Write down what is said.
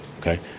okay